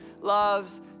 loves